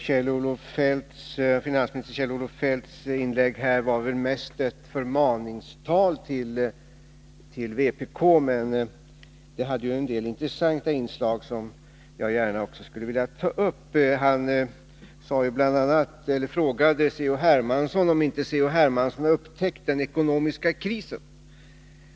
Herr talman! Finansminister Kjell-Olof Feldts inlägg här var väl mest ett förmaningstal till vpk, men det hade en del intressanta inslag som också jag gärna skulle vilja ta upp. Kjell-Olof Feldt frågade C.-H. Hermansson om han inte upptäckt den ekonomiska krisen.